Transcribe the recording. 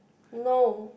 no